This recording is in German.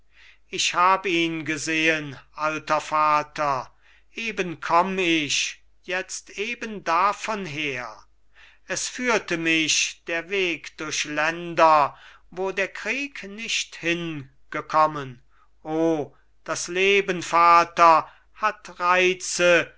ich hab ihn gesehen alter vater eben komm ich jetzt eben davon her es führte mich der weg durch länder wo der krieg nicht hin gekommen o das leben vater hat reize